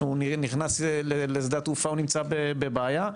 הוא נכנס לשדה התעופה - נמצא בבעיה.